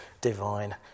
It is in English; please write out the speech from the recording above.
divine